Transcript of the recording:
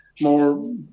more